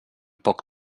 poc